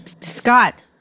Scott